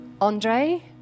Andre